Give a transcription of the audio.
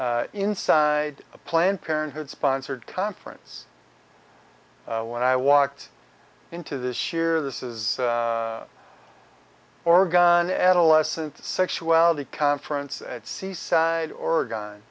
inside a planned parenthood sponsored conference when i walked into this year this is oregon adolescent sexuality conference at seaside oregon